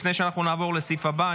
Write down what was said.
לפני שנעבור לסעיף הבא,